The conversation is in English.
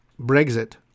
Brexit